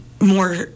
more